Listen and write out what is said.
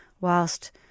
whilst